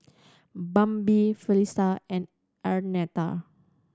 Bambi Felicitas and Arnetta